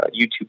YouTube